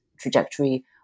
trajectory